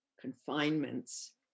confinements